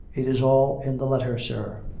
it is all in the letter, sir.